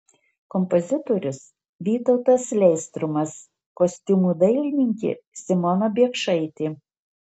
kompozitorius vytautas leistrumas kostiumų dailininkė simona biekšaitė